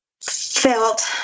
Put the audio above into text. felt